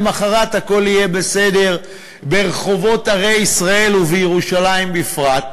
למחרת הכול יהיה בסדר ברחובות ערי ישראל ובירושלים בפרט,